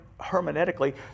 hermeneutically